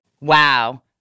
Wow